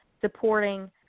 supporting